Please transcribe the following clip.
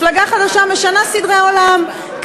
מפלגה חדשה משנה סדרי עולם.